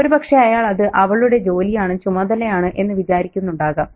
ഒരുപക്ഷേ അയാൾ അത് അവളുടെ ജോലിയാണ് ചുമതലയാണ് എന്ന് വിചാരിക്കുന്നുണ്ടാകും